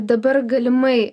dabar galimai